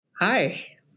Hi